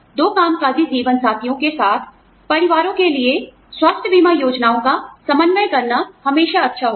दो कामकाजी जीवन साथियों के साथ परिवारों के लिए स्वास्थ्य बीमा योजनाओं का समन्वय करना हमेशा अच्छा होगा